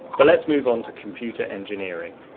but lets move on to computer engineering.